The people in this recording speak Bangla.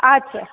আচ্ছা